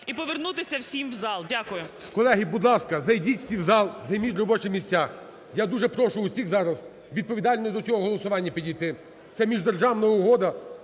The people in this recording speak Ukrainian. і повернутися всім в зал. Дякую. ГОЛОВУЮЧИЙ. Колеги, будь ласка, зайдіть всі в зал, займіть робочі місця. Я дуже прошу всіх зараз відповідально до цього голосування підійти. Це – міждержавна угода